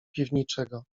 piwniczego